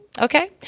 Okay